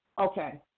Okay